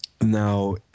Now